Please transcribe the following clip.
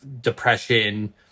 depression